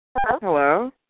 Hello